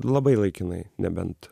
labai laikinai nebent